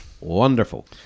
wonderful